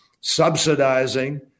subsidizing